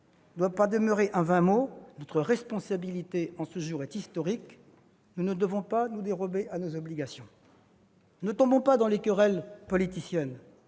ne doit pas demeurer un vain mot. Notre responsabilité, en ce jour, est historique. Nous ne devons pas nous dérober à nos obligations. Ne tombons pas dans les querelles politiciennes.